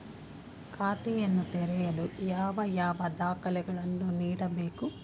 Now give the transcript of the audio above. ಖಾತೆಯನ್ನು ತೆರೆಯಲು ಯಾವ ಯಾವ ದಾಖಲೆಗಳನ್ನು ನೀಡಬೇಕು?